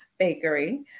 Bakery